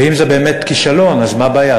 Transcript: ואם זה באמת כישלון, אז מה הבעיה?